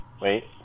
Wait